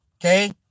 okay